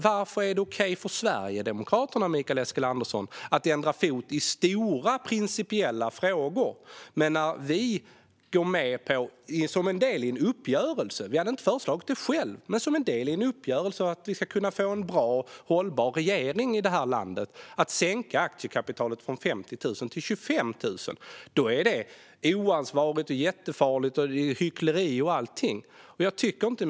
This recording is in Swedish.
Varför är det okej för Sverigedemokraterna att byta fot i stora, principiella frågor medan det när vi som en del i en uppgörelse för att landet ska få en bra, hållbar regering sänker aktiekapitalet från 50 000 till 25 000 - vi hade inte föreslagit det på egen hand - är oansvarigt, jättefarligt och hyckleri?